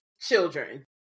children